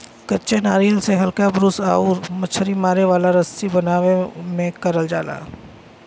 कच्चे नारियल से हल्का ब्रूस आउर मछरी मारे वाला रस्सी बनावे में करल जाला